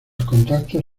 contactos